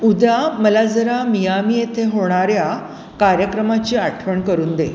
उद्या मला जरा मियामी येथे होणाऱ्या कार्यक्रमाची आठवण करून दे